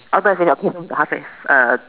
okay uh